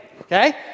Okay